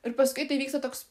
ir paskui tai vyksta toks